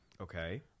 Okay